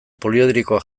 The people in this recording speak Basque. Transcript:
poliedrikoa